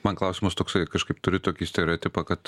man klausimas toksai kažkaip turiu tokį stereotipą kad